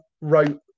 wrote